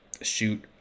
shoot